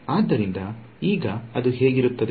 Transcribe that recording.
ಆದ್ದರಿಂದ ಈಗ ಅದು ಹೇಗಿರುತ್ತದೆ